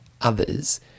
others